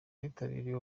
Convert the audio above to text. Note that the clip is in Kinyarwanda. abitabiriye